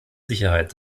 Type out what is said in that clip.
sicherheit